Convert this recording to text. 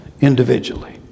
individually